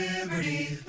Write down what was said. Liberty